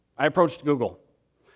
i approached google.